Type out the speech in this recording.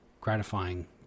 gratifying